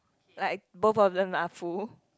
like both of them are full